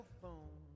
phone